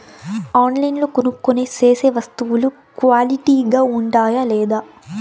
ఆన్లైన్లో కొనుక్కొనే సేసే వస్తువులు క్వాలిటీ గా ఉండాయా లేదా?